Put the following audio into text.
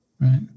Right